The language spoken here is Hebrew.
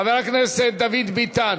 חבר הכנסת דוד ביטן.